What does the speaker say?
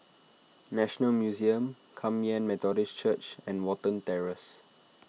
National Museum Kum Yan Methodist Church and Watten Terrace